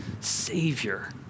Savior